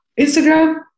Instagram